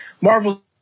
Marvel